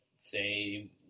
say